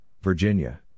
Virginia